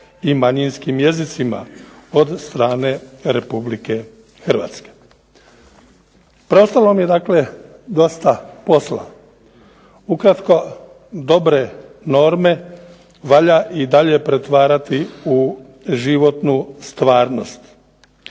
i manjinskim jezicima od strane Republike Hrvatske. Preostalo nam je dakle dosta posla. Ukratko, dobre norme valja i dalje pretvarati u životnu stvarnost.